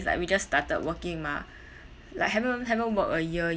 is like we just started working mah like haven't haven't work a year